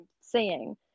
seeing